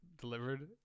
delivered